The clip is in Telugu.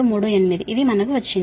9238 ఇది మనకు వచ్చింది